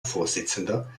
vorsitzender